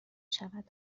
شود